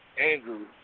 Andrew